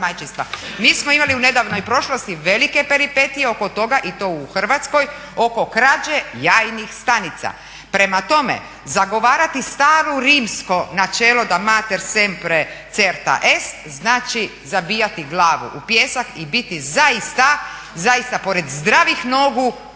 Mi smo imali u nedavnoj prošlosti velike peripetije oko toga i to u Hrvatskoj oko krađe jajnih stanica. Prema tome, zagovarati staro rimsko načelo da mater sempre cerpa est znači zabijati glavu u pijesak i biti zaista, zaista pored zdravih nogu